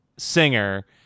singer